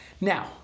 Now